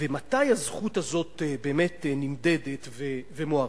ומתי הזכות הזאת באמת נמדדת ומוערכת?